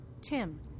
Tim